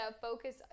focus